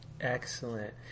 Excellent